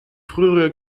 frühere